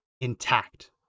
intact